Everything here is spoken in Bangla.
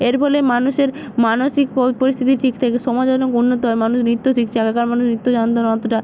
এর ফলে মানুষের মানসিক পরিস্থিতি ঠিক থাকে সমাজ অনেক উন্নত হয় মানুষ নৃত্য শিখছে আগেকার মানুষ নৃত্য জানত না অতটা